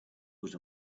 was